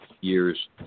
years